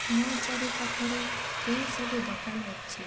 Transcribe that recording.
ମୋ ଚାରିପାଖରେ କେଉଁ ସବୁ ଦୋକାନ ଅଛି